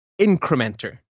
incrementer